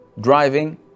driving